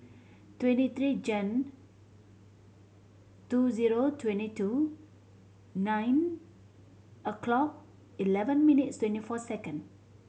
twenty three Jan two zero twenty two nine o'clock eleven minutes twenty four second